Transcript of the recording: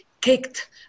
kicked